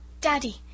Daddy